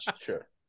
sure